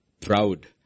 Proud